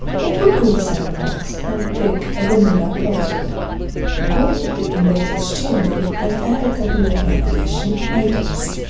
open codesandbox and pick a vanilla project go to the index html and add a couple of navigation items